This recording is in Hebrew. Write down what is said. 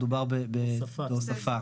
מדובר בהוספה.